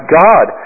god